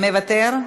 מוותר,